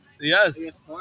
Yes